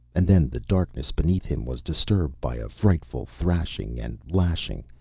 and then the darkness beneath him was disturbed by a frightful thrashing and lashing,